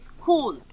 Cool